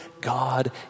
God